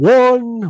one